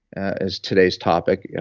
as today's topic,